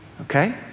Okay